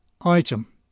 Item